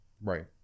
Right